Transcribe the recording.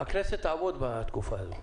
הכנסת תעבוד בתקופה הזאת,